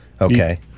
Okay